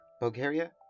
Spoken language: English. bulgaria